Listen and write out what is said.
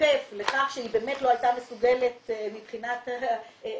התוקף לכך שהיא לא הייתה מסוגלת מבחינת ניצול